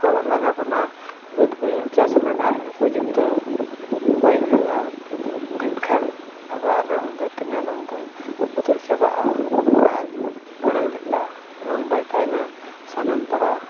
ᱠᱚ ᱞᱟᱜᱟ ᱵᱚᱱᱟ ᱵᱟᱹᱫᱼᱵᱟᱹᱭᱦᱟᱲ ᱪᱟᱥ ᱨᱮᱱᱟᱜ ᱩᱯᱚᱡᱩᱠᱛᱚ ᱵᱟᱭ ᱦᱩᱭᱩᱜᱼᱟ ᱢᱮᱱᱠᱷᱟᱱ ᱟᱵᱟᱨ ᱨᱚᱝ ᱫᱚ ᱫᱷᱟᱹᱨᱛᱤ ᱨᱮᱱᱟᱜ ᱨᱚᱝ ᱫᱚ ᱵᱚᱫᱚᱞ ᱪᱟᱵᱟᱜᱼᱟ ᱟᱨ ᱢᱟᱲᱟᱝ ᱞᱮᱠᱟ ᱨᱚᱝ ᱵᱟᱭ ᱛᱟᱦᱮᱱᱟ ᱥᱟᱱᱟᱢ ᱯᱟᱲᱟ